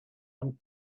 and